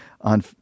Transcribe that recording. on